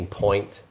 point